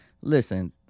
listen